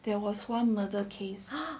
there was one murder case